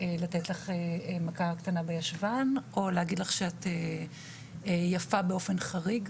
לתת לך מכה קטנה בישבן או להגיד לך שאת יפה באופן חריג